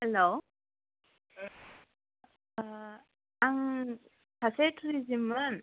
हेल' ओ आं सासे टुरिजोम मोन